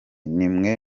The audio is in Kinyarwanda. nimwe